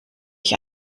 ich